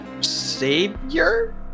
savior